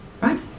right